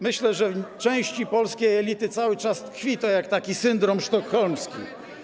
Myślę, że w części polskiej elity cały czas to tkwi jak taki syndrom sztokholmski.